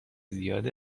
زیاد